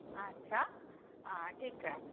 अच्छा ठीक आहे